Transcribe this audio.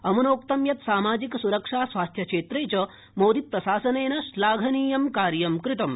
अम्नोक्तं यत् सामाजिक सुरक्षा स्वास्थ्यक्षेत्रे च मोदिप्रशासनेन श्लाघनीयं कार्य कृतम्